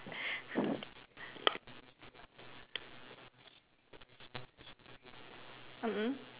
mm mm